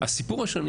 הסיפור השני